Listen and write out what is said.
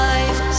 Life